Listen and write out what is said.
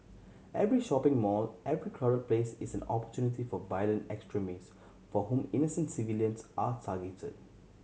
every shopping mall every crowd place is an opportunity for violent extremists for whom innocent civilians are targeted